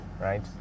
right